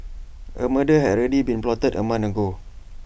A murder had already been plotted A month ago